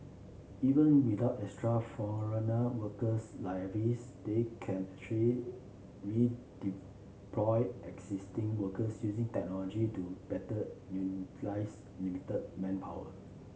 even without extra foreigner worker levies they can actually redeploy existing workers using technology to better utilize limited manpower